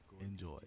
Enjoy